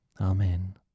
Amen